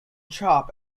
chop